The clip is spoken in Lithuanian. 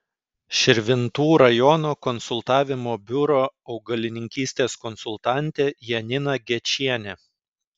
širvintų rajono konsultavimo biuro augalininkystės konsultantė janina gečienė